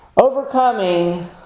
Overcoming